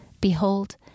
Behold